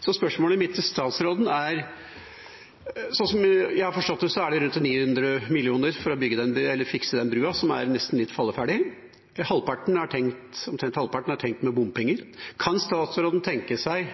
Så spørsmålet mitt er: Sånn jeg har forstått det, er det rundt 900 mill. kr som må til for å fikse den brua, som er nesten litt falleferdig. Omtrent halvparten er tenkt med bompenger. Kan statsråden tenke seg